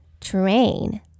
Train